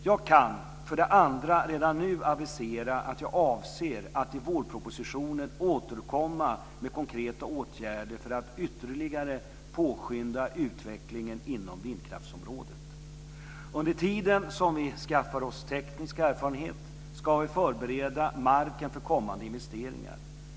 Jag kan för det andra redan nu avisera att jag avser att i vårpropositionen återkomma med konkreta åtgärder för att ytterligare påskynda utvecklingen inom vindkraftsområdet. Under tiden som vi skaffar oss teknisk erfarenhet ska vi förbereda marken för kommande investeringar.